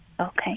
Okay